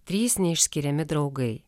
trys neišskiriami draugai